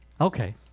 Okay